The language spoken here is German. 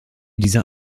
dieser